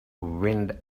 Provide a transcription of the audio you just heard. wind